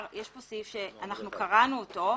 סעיף שקראנו אותו.